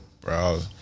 Bro